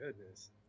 goodness